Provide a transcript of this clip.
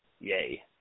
Yay